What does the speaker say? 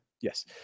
yes